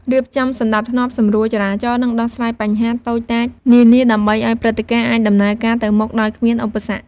រៀបចំសណ្ដាប់ធ្នាប់ សម្រួលចរាចរណ៍ និងដោះស្រាយបញ្ហាតូចតាចនានា ដើម្បីឱ្យព្រឹត្តិការណ៍អាចដំណើរការទៅមុខដោយគ្មានឧបសគ្គ។